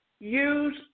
Use